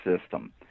system